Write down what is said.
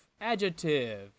adjective